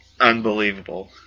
Unbelievable